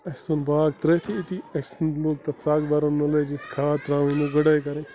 اَسہِ ژھُن باغ ترٛأیتھی أتی اَسہِ لوٚگ تَتھ سگ بَرُن مےٚ لٲجِس کھاد ترٛاونۍ گُڈٲے کَرٕنۍ